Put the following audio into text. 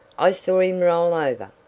i saw him roll over.